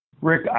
rick